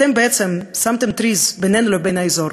אתם בעצם שמתם טריז בינינו לבין האזור.